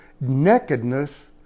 nakedness